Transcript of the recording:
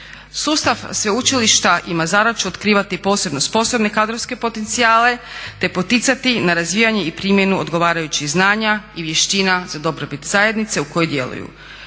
Sustav sveučilišta ima zadaću otkrivati posebno sposobne kadrovske potencijale, te poticati na razvijanje i primjenu odgovarajućih zvanja i vještina za dobrobit zajednice u kojoj djeluju.